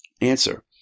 Answer